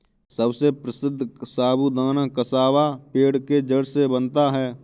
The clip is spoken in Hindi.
सबसे प्रसिद्ध साबूदाना कसावा पेड़ के जड़ से बनता है